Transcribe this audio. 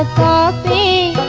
da da